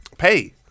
Pay